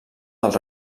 dels